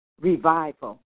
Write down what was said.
revival